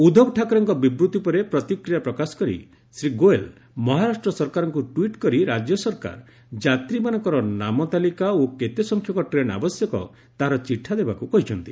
ଉଦ୍ଧବ ଠାକରେଙ୍କ ବିବୃତି ଉପରେ ପ୍ରତିକ୍ରିୟା ପ୍ରକାଶ କରି ଶ୍ରୀ ଗୋଏଲ ମହାରାଷ୍ଟ୍ର ସରକାରଙ୍କୁ ଟ୍ୱିଟ୍ କରି ରାଜ୍ୟ ସରକାର ଯାତ୍ରୀମାନଙ୍କର ନାମ ତାଲିକା ଓ କେତେ ସଂଖ୍ୟକ ଟ୍ରେନ୍ ଆବଶ୍ୟକ ତାହାର ଚିଠା ଦେବାକୁ କହିଛନ୍ତି